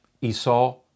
Esau